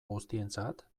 guztientzat